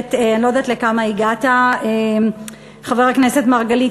הכנסת אני לא יודעת לכמה הגעת, חבר הכנסת מרגלית.